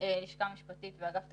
לשכה משפטית ואגף תקציבים,